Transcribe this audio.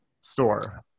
store